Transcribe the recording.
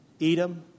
Edom